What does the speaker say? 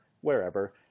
wherever